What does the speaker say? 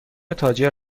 تاجر